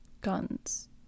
guns